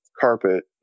carpet